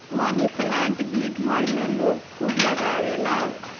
मनी plant भी घर में लोग खूब लगावेला